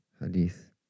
hadith